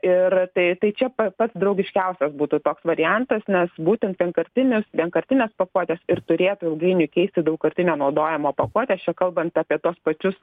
ir tai tai čia pats draugiškiausias būtų toks variantas nes būtent vienkartinius vienkartines pakuotes ir turėtų ilgainiui keisti daugkartinio naudojimo pakuotės čia kalbant apie tuos pačius